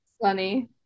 Funny